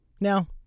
Now